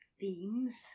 themes